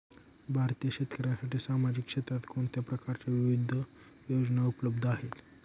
भारतीय शेतकऱ्यांसाठी सामाजिक क्षेत्रात कोणत्या प्रकारच्या विविध योजना उपलब्ध आहेत?